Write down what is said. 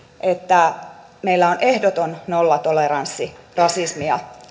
että meillä on ehdoton nollatoleranssi rasismia